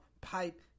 pipe